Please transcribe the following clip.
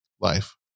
life